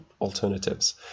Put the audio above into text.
alternatives